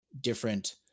different